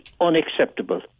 unacceptable